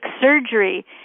surgery